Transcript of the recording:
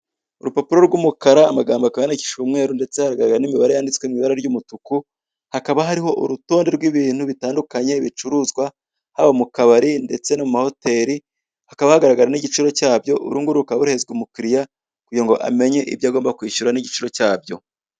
Urupapuro rw'umukara amagambo akaba yandikishije umweru ndetse haragaragara n'imibare yanditswe mu ibara ry'umutuku, hakaba hariho urutonde rw'ibintu bitandukanye bicuruzwa, haba mu kabari ndetse no mu mahoteri hakaba hagaragara n'igiciro cyabyo urunguruka rukaba ruhererezwa umukiririya kugira ngo amenye ibyo agomba kwishyura n'igiciro cyabyo.